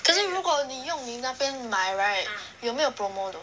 可是如果你用你那边买 right 有没有 promo not